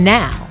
now